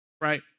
right